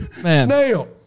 Snail